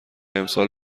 امسال